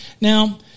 Now